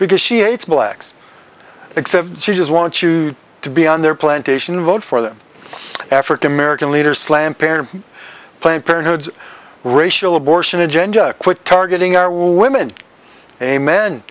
because she hates blacks except she just wants you to be on their plantation vote for them african american leaders slam parents planned parenthood's racial abortion agenda quit targeting our women a